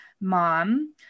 mom